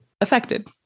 affected